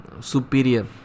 superior